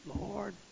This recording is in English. Lord